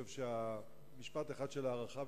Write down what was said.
משפט אחד של הערכה,